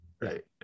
right